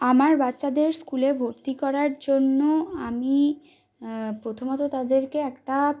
আমার বাচ্চাদের স্কুলে ভর্তি করার জন্য আমি প্রথমত তাদেরকে একটা